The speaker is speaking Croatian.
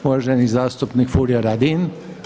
Uvaženi zastupnik Furio Radin.